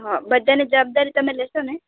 હાં બધાની જવાબદારી તમે લેશો ને